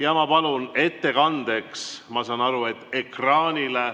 Ma palun ettekandeks, ma saan aru, et ekraanile